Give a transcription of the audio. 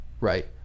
right